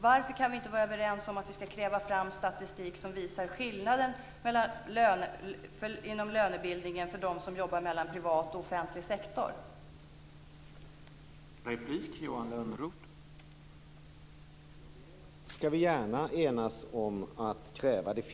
Varför kan vi inte vara överens om att vi ska kräva fram statistik som visar skillnaden inom lönebildningen för dem som jobbar i privat och offentlig sektor, Johan Lönnroth?